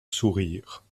sourire